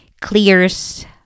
clears